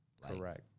Correct